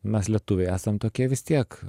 mes lietuviai esam tokie vis tiek